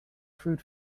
fruit